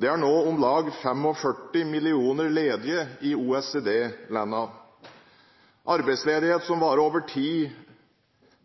Det er nå om lag 45 millioner ledige i OECD-landene. Arbeidsledighet som varer over tid,